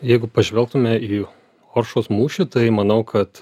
jeigu pažvelgtume į oršos mūšį tai manau kad